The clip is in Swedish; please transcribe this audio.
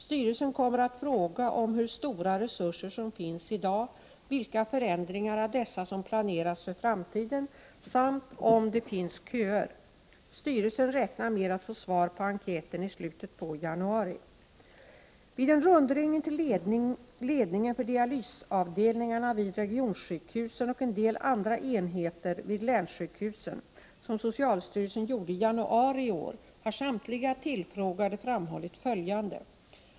Styrelsen kommer att fråga om hur stora resurser som finns i dag, vilka förändringar av dessa som planeras för framtiden samt om det finns köer. Styrelsen räknar med att få svar på enkäten i slutet på januari. Vid en rundringning till ledningen för dialysavdelningarna vid regionsjukhusen och en del andra enheter vid länssjukhusen, som socialstyrelsen gjorde ijanuariiår, har samtliga tillfrågade framhållit följande.